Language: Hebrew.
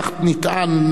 כך נטען,